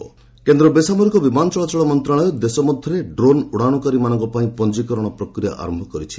aviation drone କେନ୍ଦ୍ର ବେସାମରିକ ବିମାନ ଚଳାଚଳ ମନ୍ତ୍ରଣାଳୟ ଦେଶ ମଧ୍ୟରେ ଡ୍ରେନ୍ ଉଡ଼ାଣକାରୀମାନଙ୍କ ପାଇଁ ପଞ୍ଜିକରଣ ପ୍ରକ୍ରିୟା ଆରମ୍ଭ କରିଛି